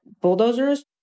bulldozers